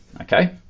okay